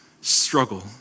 struggle